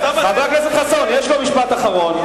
לו משפט אחרון.